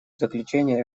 заключение